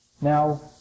Now